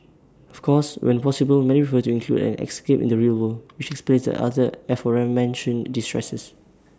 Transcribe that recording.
of course when possible many prefer to include an escape in the real world which explains the other aforementioned distresses